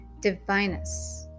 divinus